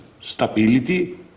stability